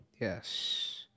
Yes